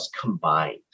combined